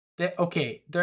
Okay